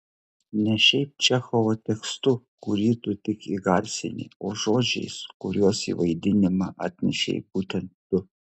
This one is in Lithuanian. ne šiaip čechovo tekstu kurį tu tik įgarsini o žodžiais kuriuos į vaidinimą atnešei būtent tu